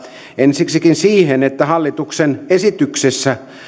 ensiksikin siihen että hallituksen esityksessä